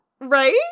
Right